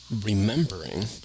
remembering